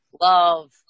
love